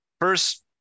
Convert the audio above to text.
first